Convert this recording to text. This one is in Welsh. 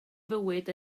fywyd